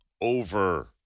over